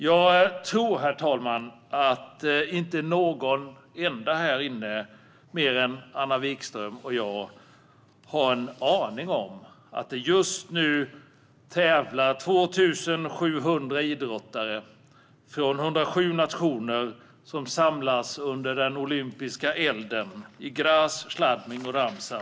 Jag tror inte att någon här inne i kammaren mer än Anna Vikström och jag har en aning om att 2 700 idrottare från 107 nationer just nu tävlar och samlas under den olympiska elden i Graz, Schladming och Ramsau.